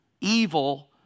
evil